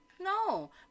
No